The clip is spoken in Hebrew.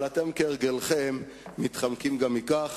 אבל אתם, כהרגלכם, מתחמקים גם מכך.